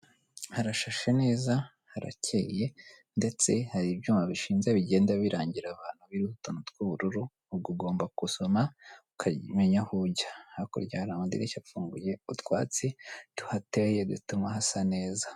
Harashashe neza, harakeye ,ndetse hari ibyuma bishinze bigenda birangira abantu biriho utuntu tw'ubururu, uba ugomba gusoma ukamenya aho ujya ,hakurya hari amadirishya afunguye utwatsi tuhateye dutuma hasa neza.